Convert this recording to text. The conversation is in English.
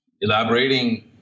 elaborating